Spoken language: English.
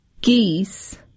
geese